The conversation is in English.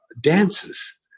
dances